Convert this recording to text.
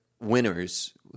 winners